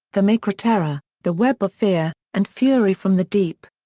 the macra terror, the web of fear, and fury from the deep.